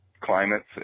climates